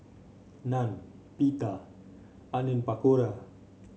Naan Pita Onion Pakora